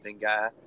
guy